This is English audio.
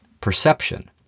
perception